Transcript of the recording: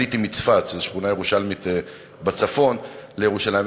עליתי מצפת, שזו שכונה ירושלמית בצפון, לירושלים.